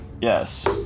Yes